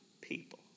people